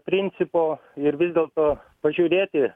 principo ir vis dėlto pažiūrėti